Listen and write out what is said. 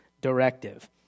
directive